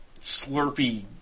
slurpy